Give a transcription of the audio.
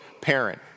parent